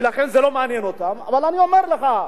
ולכן זה לא מעניין אותם, אבל אני אומר לך,